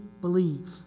believe